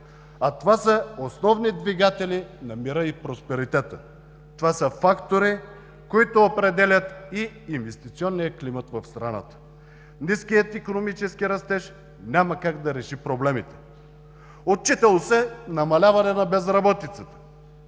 а това са основни двигатели на мира и просперитета. Това са фактори, които определят и инвестиционния климат в страната. Ниският икономически растеж няма как да реши проблемите. Отчитало се намаляване на безработицата.